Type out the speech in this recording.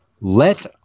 Let